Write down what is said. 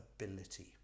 ability